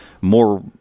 more